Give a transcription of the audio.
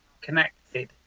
connected